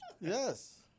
Yes